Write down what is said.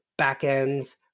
backends